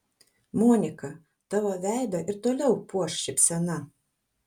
monika tavo veidą ir toliau puoš šypsena